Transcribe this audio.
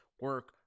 Work